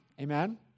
Amen